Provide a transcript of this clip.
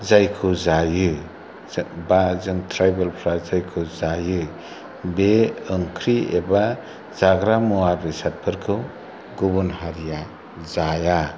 जायखौ जायो बा जों ट्राइबेलफ्रा जों जायखौ जायो बे ओंख्रि एबा जाग्रा मुवा बेसादफोरखौ गुबुन हारिया जाया